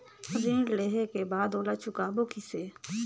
ऋण लेहें के बाद ओला चुकाबो किसे?